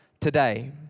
today